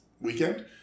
weekend